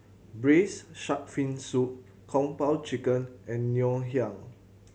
Braised Shark Fin Soup Kung Po Chicken and Ngoh Hiang